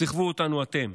סחבו אותנו אתם.